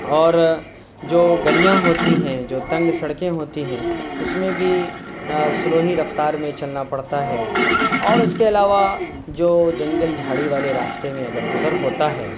اور جو گلیاں ہوتی ہیں جو تنگ سڑکیں ہوتی ہیں اس میں بھی سلو ہی رفتار میں چلنا پڑتا ہے اور اس کے علاوہ جو جنگل جھاڑی والے راستے میں اگر گزر ہوتا ہے